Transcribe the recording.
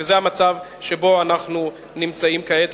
וזה המצב שבו אנחנו נמצאים כעת.